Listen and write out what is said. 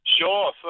Sure